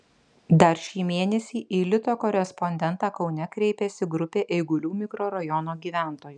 dar šį mėnesį į lito korespondentą kaune kreipėsi grupė eigulių mikrorajono gyventojų